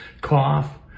cough